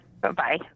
Bye-bye